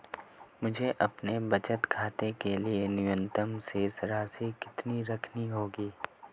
मुझे अपने बचत खाते के लिए न्यूनतम शेष राशि कितनी रखनी होगी?